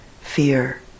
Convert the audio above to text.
fear